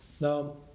now